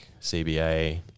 CBA